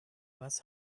was